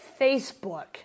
Facebook